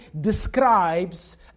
describes